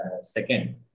second